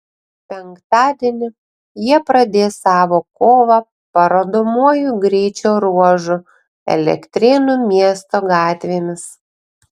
penktadienį jie pradės savo kovą parodomuoju greičio ruožu elektrėnų miesto gatvėmis